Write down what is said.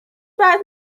بعد